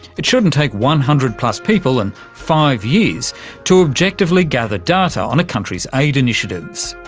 it shouldn't take one hundred plus people and five years to objectively gather data on a country's aid initiatives.